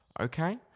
Okay